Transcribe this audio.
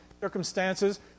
Circumstances